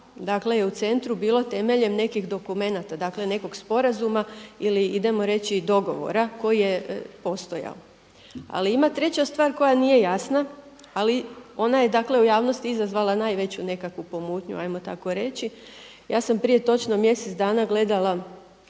dakle je u centru bilo temeljem nekih dokumenata, dakle nekog sporazuma ili idemo reći dogovora koji je postojao. Ali ima treća stvar koja nije jasna, ali ona je dakle u javnosti izazvala najveću nekakvu pomutnju hajmo tako reći. Ja sam prije točno mjesec dana gledala